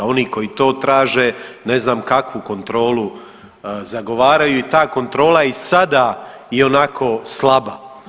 Oni koji to traže ne znam kakvu kontrolu zagovaraju i ta kontrola je i sada ionako slaba.